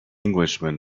englishman